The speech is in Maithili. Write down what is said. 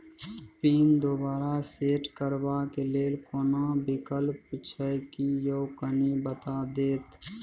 पिन दोबारा सेट करबा के लेल कोनो विकल्प छै की यो कनी बता देत?